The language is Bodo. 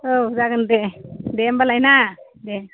औ जागोन दे दे होमब्लालाय ना दे